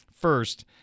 first